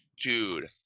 Dude